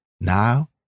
Now